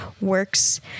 works